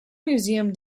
museum